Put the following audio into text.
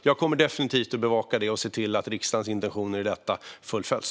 Jag kommer definitivt att bevaka detta och se till att riksdagens intentioner fullföljs.